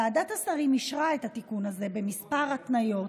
ועדת השרים אישרה את התיקון הזה בכמה התניות,